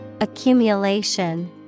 Accumulation